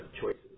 choices